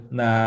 na